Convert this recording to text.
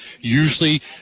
usually